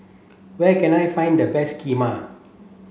where can I find the best Kheema